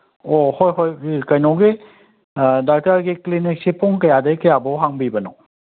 ꯑꯣ ꯍꯣꯏ ꯍꯣꯏ ꯀꯩꯅꯣꯒꯤ ꯗꯥꯛꯇꯔꯒꯤ ꯀ꯭ꯂꯤꯅꯤꯛꯁꯦ ꯄꯨꯡ ꯀꯌꯥꯗꯒꯤ ꯀꯌꯥꯕꯧ ꯍꯥꯡꯕꯤꯕꯅꯣ